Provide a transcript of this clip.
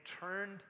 turned